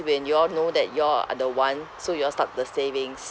when you all know that you all are the one so you all start the savings